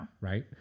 Right